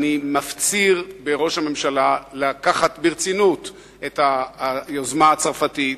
אני מפציר בראש הממשלה לקחת ברצינות את היוזמה הצרפתית,